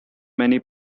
many